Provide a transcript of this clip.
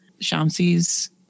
Shamsi's